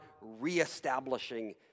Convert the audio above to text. reestablishing